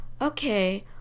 okay